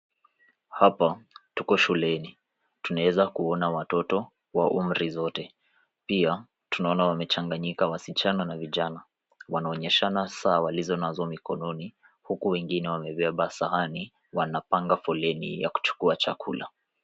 Hapa tuko shuleni, tunaweza kuona watoto wa umri zote. Pia tunaona wamechanganyika wasichana na vijana .Wanaonyeshana saa walizo nazo mikononi huku wengine wamebeba sahani wanapanga foleni ya kuchukua chakula.